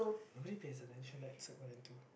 nobody pays attention that's what I do